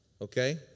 Okay